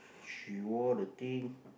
she wore the thing